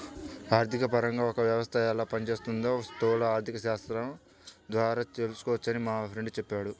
ఆర్థికపరంగా ఒక వ్యవస్థ ఎలా పనిచేస్తోందో స్థూల ఆర్థికశాస్త్రం ద్వారా తెలుసుకోవచ్చని మా ఫ్రెండు చెప్పాడు